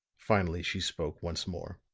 finally she spoke once more.